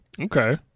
Okay